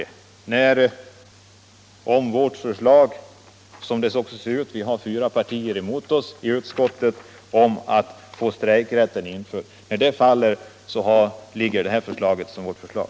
Om vårt förslag om att få strejkrätten införd faller — som det nu ser ut att göra, vi har ju fyra partier emot oss i utskottet — så utgör detta yrkande vårt förslag.